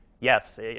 Yes